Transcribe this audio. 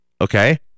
okay